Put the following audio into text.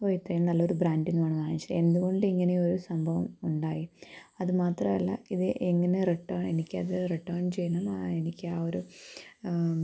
ഓ ഇത്രയും നല്ലൊരു ബ്രാൻഡിൽന്നാണ് വാങ്ങിച്ചത് എന്തുകൊണ്ടിങ്ങനെ ഒരു സംഭവം ഉണ്ടായി അതുമാത്രമല്ല ഇത് എങ്ങനെ റിട്ടേൺ എനിക്കത് റിട്ടേൺ ചെയ്യണം എനിക്ക് ആ ഒരു